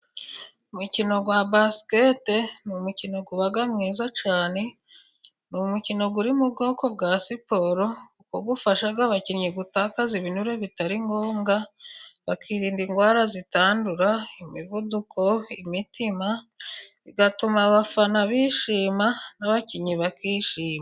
Umukino wa basikete ni umikino uba mwiza cyane, ni umukino uri mu bwoko bwa siporo, aho ufasha abakinnyi gutakaza ibinure bitari ngombwa, bakirinda indwara zitandura imivuduko, imitima, ituma abafana bishima n'abakinnyi bakishima.